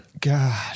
God